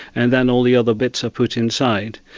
and then all the other bits are put inside.